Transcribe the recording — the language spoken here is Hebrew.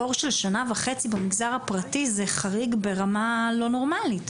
תור של שנה וחצי במגזר הפרטי זה חריג ברמה לא נורמלית.